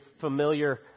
familiar